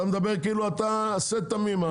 אתה מדבר כאילו אתה שה תמים.